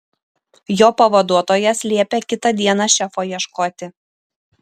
jo pavaduotojas liepė kitą dieną šefo ieškoti